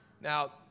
Now